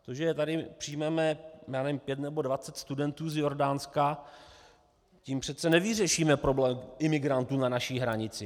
To, že tu přijmeme pět nebo dvacet studentů z Jordánska, tím přece nevyřešíme problém imigrantů na naší hranici.